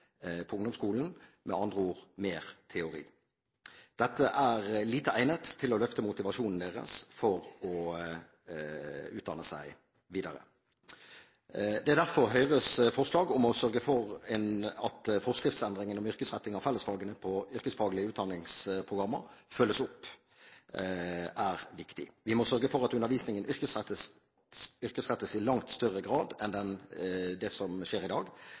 på ungdomsskolen, med andre ord mer teori. Dette er lite egnet til å løfte motivasjonen deres for å utdanne seg videre. Det er derfor Høyres forslag om å sørge for at forskriftsendringene om yrkesretting av fellesfagene på yrkesfaglige utdanningsprogrammer følges opp, er viktig. Vi må sørge for at undervisningen yrkesrettes i langt større grad enn det som skjer i dag,